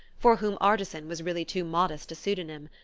for whom artisan was really too modest a pseudonym.